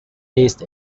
based